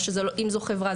אם זו חברה,